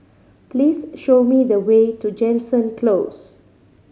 please show me the way to Jansen Close